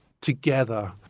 together